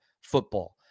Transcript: football